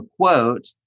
quote